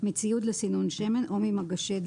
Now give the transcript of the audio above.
מציוד לסינון שמן או ממגשי דליפה,